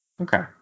Okay